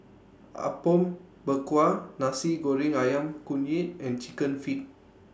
Apom Berkuah Nasi Goreng Ayam Kunyit and Chicken Feet